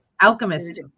alchemist